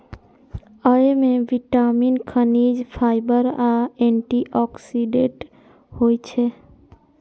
अय मे विटामिन, खनिज, फाइबर आ एंटी ऑक्सीडेंट होइ छै